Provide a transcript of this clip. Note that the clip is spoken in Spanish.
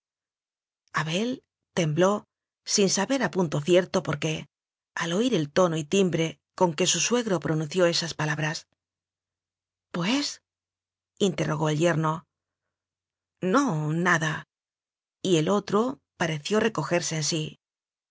abel tembló sin saber a punto cierto por qué al oir el tono y timbre con que su sue gro pronunció esas palabras pues interrogó el yerno no nada y el otro pareció recojerse en sí